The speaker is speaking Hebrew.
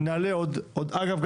אגב,